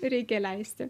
reikia leisti